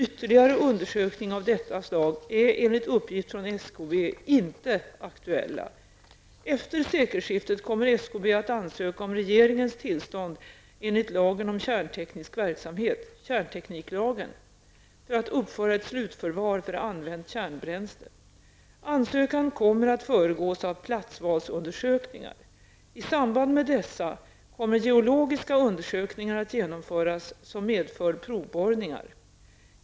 Ytterligare undersökningar av detta slag är enligt uppgift från SKB inte aktuella. Efter sekelskiftet kommer SKB att ansöka om regeringens tillstånd enligt lagen om kärnteknisk verksamhet för att uppföra ett slutförvar för använt kärnbränsle. Ansökan kommer att föregås av platsvalsundersökningar. I samband med dessa kommer geologiska undersökningar att genomföras som medför provborrningar.